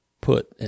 put